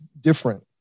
different